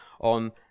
on